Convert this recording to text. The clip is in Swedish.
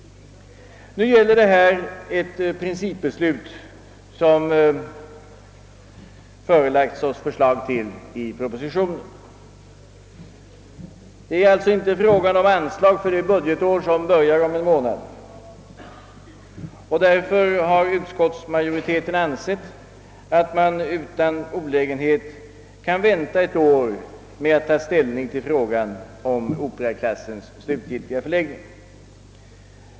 Det förslag som förelagts oss i propositionen gäller ett principbeslut. Det är alltså inte fråga om anslag för det budgetår som börjar om en månad, och därför har utskottsmajoriteten ansett att man utan olägenhet kan vänta ett år med att ta ställning till frågan om operaklassens slutgiltiga förläggning.